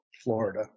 Florida